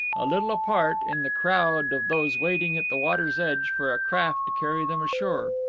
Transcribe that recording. a little apart, in the crowd of those waiting at the water's edge for a craft to carry them ashore.